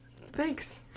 thanks